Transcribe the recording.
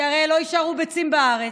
כי הרי לא יישארו ביצים בארץ,